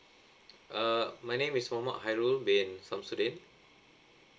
uh my name is muhammad hairul bin samsuddin